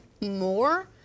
more